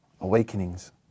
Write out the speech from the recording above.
awakenings